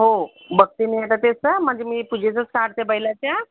हो बघते मी म्हणजे मी पूजेचं ताट ते बैलाच्या